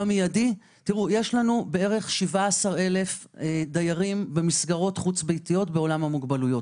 יש כ-17,000 דיירים במסגרות חוץ ביתיות בעולם המוגבלויות.